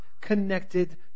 connected